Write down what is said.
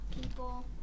People